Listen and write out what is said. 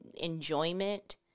enjoyment